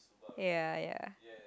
ya ya